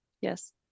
Yes